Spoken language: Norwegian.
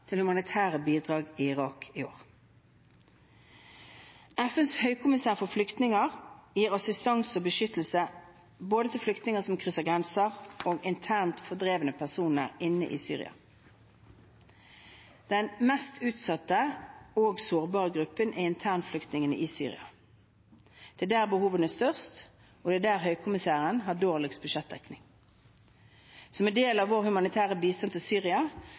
til humanitære bidrag i Irak i år. FNs høykommissær for flyktninger gir assistanse og beskyttelse til både flyktninger som krysser grenser og internt fordrevne personer i Syria. Den mest utsatte og sårbare gruppen er internflyktningene i Syria. Det er der behovene er størst, og det er der høykommissæren har dårligst budsjettdekning. Som en del av vår humanitære bistand til Syria,